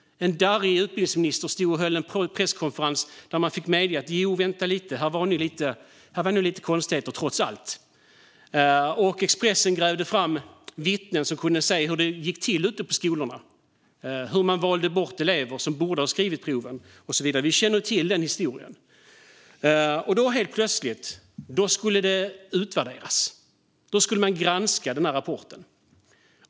En darrig utbildningsminister stod och höll en presskonferens där man fick medge att det nog fanns lite konstigheter trots allt. Expressen grävde fram vittnen som kunde säga hur det gick till ute i skolorna, hur elever som borde ha skrivit proven valdes bort och så vidare. Vi känner till den historien. Då, helt plötsligt, skulle det utvärderas. Då skulle man granska rapporten.